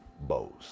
bows